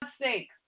sake